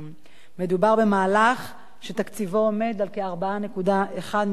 מדובר במהלך שתקציבו עומד על כ-4.1 מיליון שקלים,